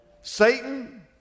Satan